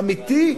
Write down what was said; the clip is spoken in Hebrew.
אמיתי.